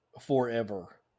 forever